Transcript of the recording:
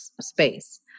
space